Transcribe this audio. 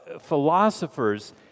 philosophers